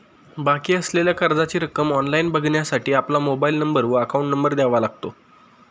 बाकी असलेल्या कर्जाची रक्कम ऑनलाइन बघण्यासाठी आपला मोबाइल नंबर व अकाउंट नंबर द्यावा लागतो